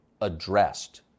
addressed